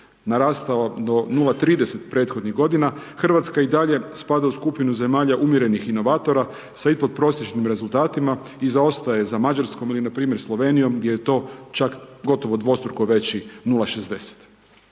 narastao do 0,30 prethodnih godina Hrvatska i dalje spada u skupinu zemalja umjerenih inovatora sa ispodprosječnim rezultatima i zaostaje za Mađarskom ili npr. Slovenijom gdje je to čak gotovo dvostruko veći 0,60.